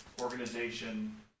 organization